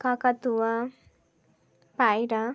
কাকাতুয়া পায়রা